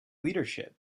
leadership